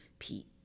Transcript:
pete